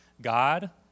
God